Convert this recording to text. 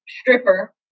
stripper